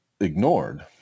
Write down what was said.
ignored